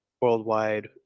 worldwide